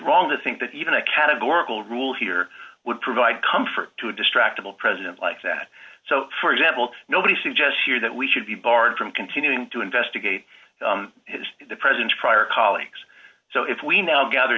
wrong to think that even a categorical rule here would provide comfort to distractable president like that so for example nobody suggests here that we should be barred from continuing to investigate the president's prior colleagues so if we now gather